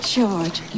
George